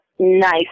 nice